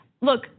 look